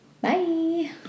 Bye